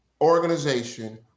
organization